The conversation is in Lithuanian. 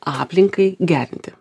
aplinkai gerinti